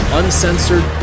uncensored